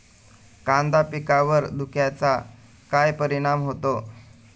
कांदा पिकावर धुक्याचा काय परिणाम होतो?